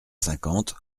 cinquante